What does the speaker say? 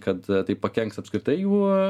kad tai pakenks apskritai jų